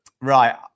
Right